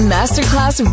Masterclass